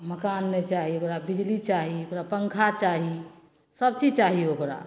मकान नहि चाही ओकरा बिजली चाही ओकरा पँखा चाही सब चीज चाही ओकरा